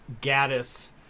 Gaddis